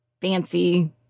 fancy